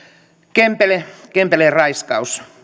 kempele kempeleen raiskaus